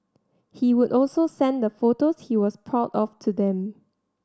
he would also send the photos he was proud of to them